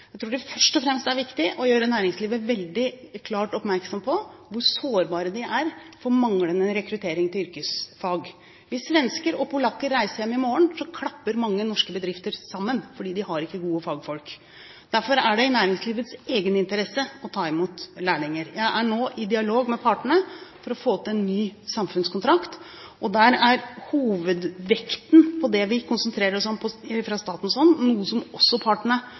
Jeg tror det først og fremst er viktig å gjøre næringslivet veldig klart oppmerksom på hvor sårbart det er for manglende rekruttering til yrkesfag. Hvis svensker og polakker reiser hjem i morgen, klapper mange norske bedrifter sammen fordi de ikke har gode fagfolk. Derfor er det i næringslivets egen interesse å ta imot lærlinger. Jeg er nå i dialog med partene for å få til en ny samfunnskontrakt. Der er hovedvekten på det vi konsentrerer oss om fra statens hånd, noe som også partene